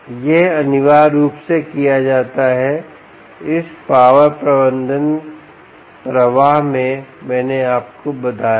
यह अनिवार्य रूप से किया जाता है इस पावर प्रबंधन प्रवाह में मैंने आपको बताया था